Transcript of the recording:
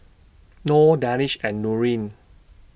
Nor Danish and Nurin